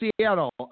Seattle